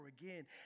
again